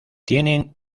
tienen